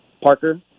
Parker